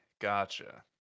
gotcha